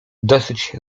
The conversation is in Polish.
dosyć